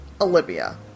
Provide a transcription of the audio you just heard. Olivia